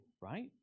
right